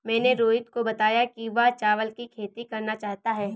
मैंने रोहित को बताया कि वह चावल की खेती करना चाहता है